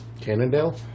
cannondale